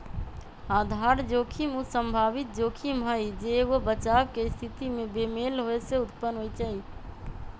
आधार जोखिम उ संभावित जोखिम हइ जे एगो बचाव के स्थिति में बेमेल होय से उत्पन्न होइ छइ